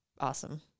awesome